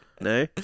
No